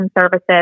services